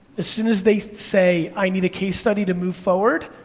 as soon as they say, i need a case study to move forward,